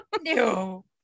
No